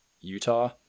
Utah